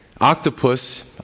Octopus